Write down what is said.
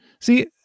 See